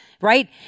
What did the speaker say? right